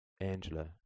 Angela